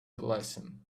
blessing